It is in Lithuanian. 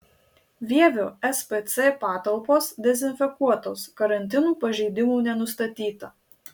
vievio spc patalpos dezinfekuotos karantino pažeidimų nenustatyta